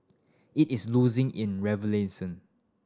it is losing in relevance